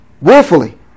willfully